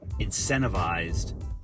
incentivized